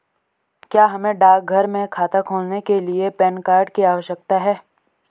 क्या हमें डाकघर में खाता खोलने के लिए पैन कार्ड की आवश्यकता है?